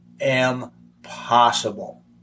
impossible